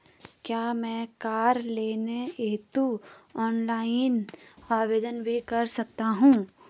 क्या मैं car loan हेतु ऑनलाइन आवेदन भी कर सकता हूँ?